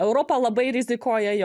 europa labai rizikuoja jo